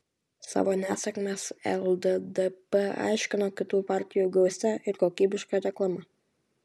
savo nesėkmes lddp aiškino kitų partijų gausia ir kokybiška reklama